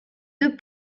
deux